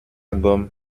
gomme